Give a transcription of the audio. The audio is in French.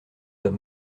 d’un